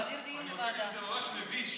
להעביר לדיון